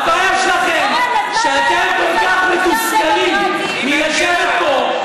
הבעיה שלכם היא שאתם כל כך מתוסכלים מלשבת פה.